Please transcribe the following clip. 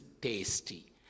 tasty